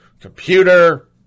computer